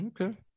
Okay